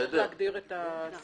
אתה צריך להגדיר את הדרגה.